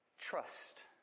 trust